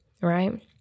right